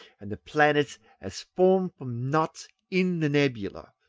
and the planets as formed from knots in the nebula,